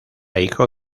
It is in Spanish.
hijo